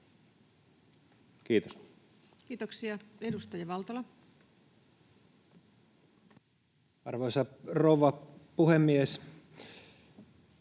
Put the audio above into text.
Kiitos. Kiitoksia. — Edustaja Lindén. Arvoisa rouva puhemies!